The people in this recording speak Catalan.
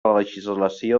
legislació